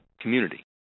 community